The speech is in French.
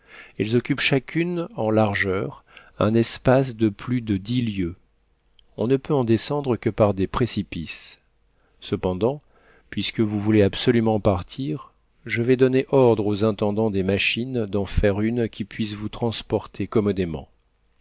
elles occupent chacune en largeur un espace de plus de dix lieues on ne peut en descendre que par des précipices cependant puisque vous voulez absolument partir je vais donner ordre aux intendants des machines d'en faire une qui puisse vous transporter commodément